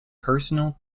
personal